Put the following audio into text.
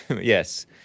Yes